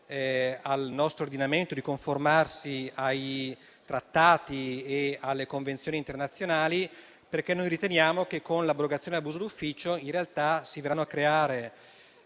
al nostro ordinamento di conformarsi ai trattati e alle convenzioni internazionali. Riteniamo infatti che con l'abrogazione del reato di abuso d'ufficio in realtà si verranno a creare